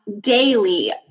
daily